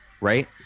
right